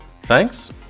Thanks